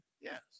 Yes